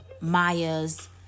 Maya's